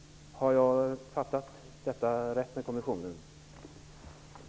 Har jag förstått detta med kommissionen rätt?